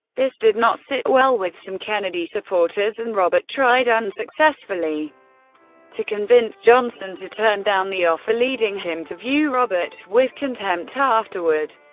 this did not sit well with some kennedy supporters, and robert tried unsuccessfully to convince johnson to turn down the offer, leading him to view robert with contempt afterward.